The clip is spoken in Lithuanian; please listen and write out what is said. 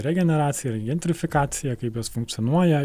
regeneracija ir gentrifikacija kaip jos funkcionuoja